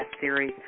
series